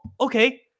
okay